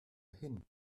hin